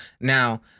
Now